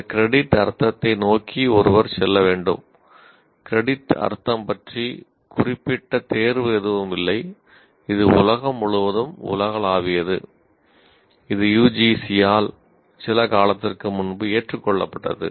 இந்த கிரெடிட் சில காலத்திற்கு முன்பு ஏற்றுக்கொள்ளப்பட்டது